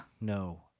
no